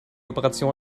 operation